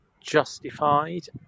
justified